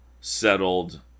settled